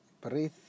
Breathe